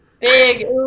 Big